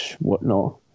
whatnot